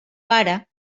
pare